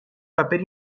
paper